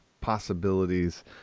possibilities